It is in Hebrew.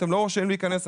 אתם לא רשאים להיכנס.